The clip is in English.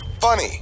Funny